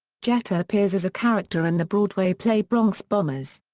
jeter appears as a character in the broadway play bronx bombers.